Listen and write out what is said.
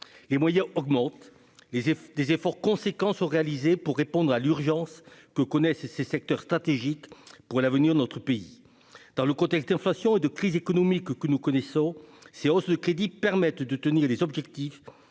Les moyens augmentent, des efforts significatifs sont réalisés afin de répondre à l'urgence que connaissent ces secteurs stratégiques pour l'avenir de notre pays. Dans le contexte d'inflation et de crise énergétique que nous connaissons, ces hausses de crédits permettent de tenir les objectifs